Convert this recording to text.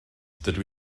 dydw